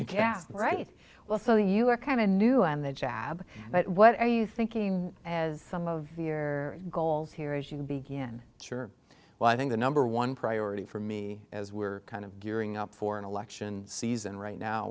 the right well so you are kind of new and the jab but what are you thinking as some of your goals here as you began your well i think the number one priority for me as we're kind of gearing up for an election season right now